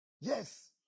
Yes